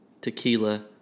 tequila